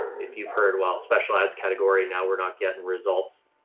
if you've heard while specialized category, now we're not getting results.